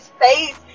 face